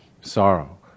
sorrow